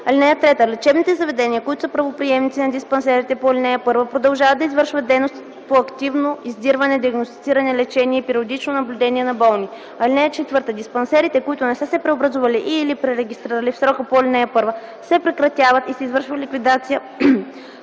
(3) Лечебните заведения, които са правоприемници на диспансерите по ал. 1, продължават да извършват дейностите по активно издирване, диагностициране, лечение и периодично наблюдение на болни. (4) Диспансерите, които не са се преобразували и/или пререгистрирали в срока по ал. 1, се прекратяват и се извършва ликвидация